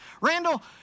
Randall